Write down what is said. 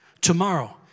tomorrow